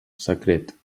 secret